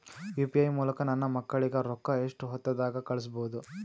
UPI ಮೂಲಕ ನನ್ನ ಮಕ್ಕಳಿಗ ರೊಕ್ಕ ಎಷ್ಟ ಹೊತ್ತದಾಗ ಕಳಸಬಹುದು?